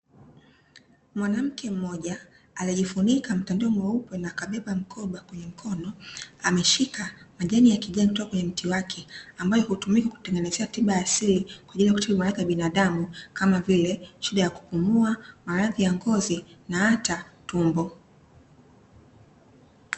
Mwanamke mmoja aliyejifunika mtandio mweupe na kabeba mkoba kwenye mkono, ameshika majani ya kijani kutoka kwenye mti wake ambayo hutumika kutengenezea tiba ya asili kwa ajili ya kutibu maradhi ya binadamu kama vile shida ya kupumua, maradhi ya ngozi na hata tumbo.